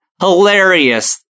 hilarious